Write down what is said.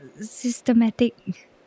systematic